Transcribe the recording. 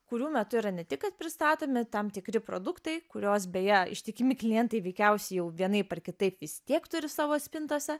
kurių metu yra ne tik kad pristatomi tam tikri produktai kuriuos beje ištikimi klientai veikiausiai jau vienaip ar kitaip vis tiek turi savo spintose